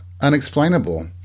unexplainable